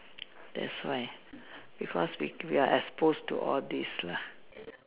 that's why because we we are exposed to all this lah